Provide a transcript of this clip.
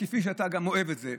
כפי שאתה אוהב את זה,